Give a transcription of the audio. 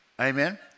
Amen